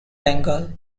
bengal